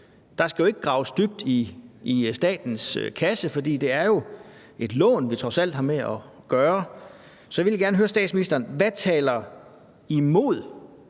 Der skal ikke graves dybt i statens kasse, fordi det jo er et lån, vi trods alt har med at gøre. Så jeg vil egentlig gerne høre statsministeren: Hvad taler imod,